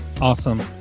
Awesome